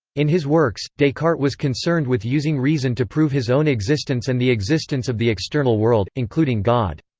in his works, descartes was concerned with using reason to prove his own existence and the existence of the external world, including god.